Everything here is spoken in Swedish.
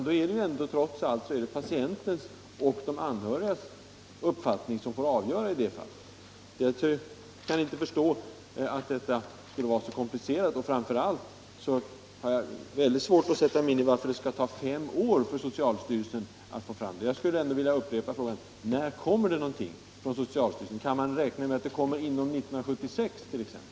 I de fallen bör alltså de anhörigas uppfattning vara avgörande. Jag kan som sagt inte förstå att detta skall behöva vara så komplicerat. Framför allt har jag svårt att sätta mig in i varför det skall ta fem år för socialstyrelsen att få fram råd och anvisningar. Jag upprepar därför min fråga: När kommer någonting från socialstyrelsen? Kommer det inom 1976? Om sjukhuspersonalens tystnadsplikt